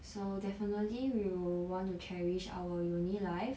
so definitely we will want to cherish our uni life